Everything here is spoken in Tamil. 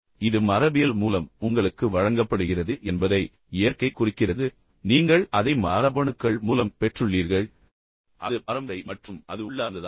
எனவே இது மரபியல் மூலம் உங்களுக்கு வழங்கப்படுகிறது என்பதை இயற்கை குறிக்கிறது நீங்கள் அதை மரபணுக்கள் மூலம் பெற்றுள்ளீர்கள் அது பரம்பரை மற்றும் அது உள்ளார்ந்ததாகும்